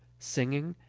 singing,